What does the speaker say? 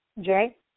jay